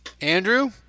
Andrew